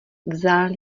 vzal